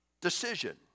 decision